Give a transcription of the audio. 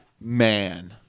Man